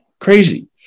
crazy